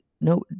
no